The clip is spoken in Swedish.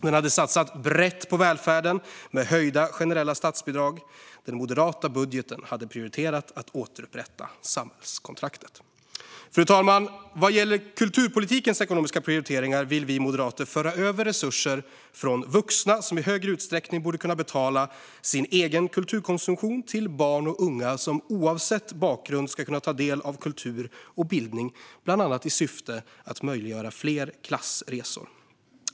Den hade satsat brett på välfärden, med höjda generella statsbidrag. Den moderata budgeten hade prioriterat att återupprätta samhällskontraktet. Fru talman! Vad gäller kulturpolitikens ekonomiska prioriteringar vill vi moderater föra över resurser från vuxna, som i högre utsträckning borde kunna betala sin egen kulturkonsumtion, till barn och unga, som oavsett bakgrund ska kunna ta del av kultur och bildning, bland annat i syfte att möjliggöra fler klassresor.